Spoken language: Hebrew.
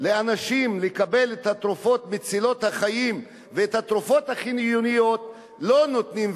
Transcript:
לקבל את התרופות מצילות החיים ואת התרופות החיוניות לא נותנים,